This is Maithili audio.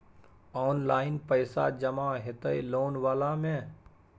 ऑनलाइन पैसा जमा हते लोन वाला में?